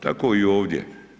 Tako i ovdje.